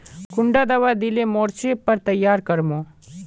कुंडा दाबा दिले मोर्चे पर तैयारी कर मो?